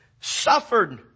suffered